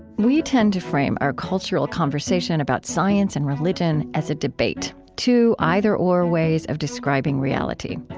we tend to frame our cultural conversation about science and religion as a debate two either or ways of describing reality.